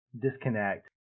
disconnect